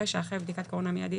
לעניין בית מלון,